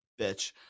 bitch